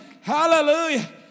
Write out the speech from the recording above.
Hallelujah